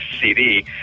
cd